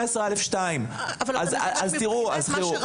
אז ייכנס ל-18א2.